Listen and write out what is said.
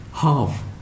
Half